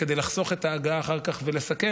כדי לחסוך את ההגעה אחר כך ולסכם,